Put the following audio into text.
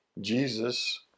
Jesus